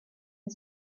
and